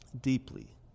deeply